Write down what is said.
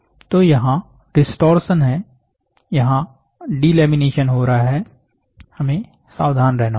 तो यहाँ डिस्टॉरशन है यहाँ डिलेमिनेशन हो रहा है हमे सावधान रहना होगा